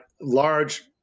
large